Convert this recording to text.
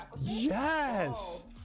Yes